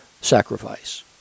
sacrifice